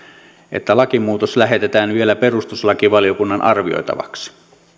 että lakimuutos lähetetään vielä perustuslakivaliokunnan arvioitavaksi